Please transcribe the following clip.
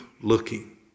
looking